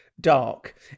dark